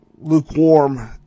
lukewarm